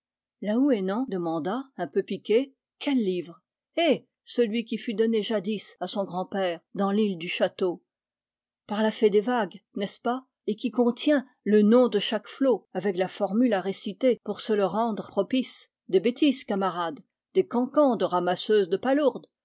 quelqu'un laouénan demanda un peu piqué quel livre eh celui qui fut donné jadis à son grand-père dans l'île du château par la fée des vagues n'est-ce pas et qui contient le nom de chaque flot avec la formule à réciter pour se le rendre propice des bêtises camarade des cancans de ramasseuses de palourdes